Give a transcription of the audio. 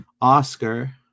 Oscar